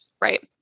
Right